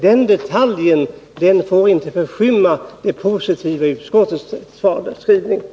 Den detaljen får inte skymma det positiva i utskottets skrivning.